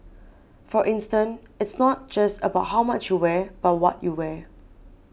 for instance it's not just about how much you wear but what you wear